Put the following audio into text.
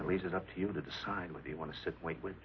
and leave it up to you to decide whether you want to sit wait with